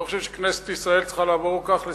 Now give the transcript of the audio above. אני לא חושב שכנסת ישראל צריכה לעבור כך לסדר-היום,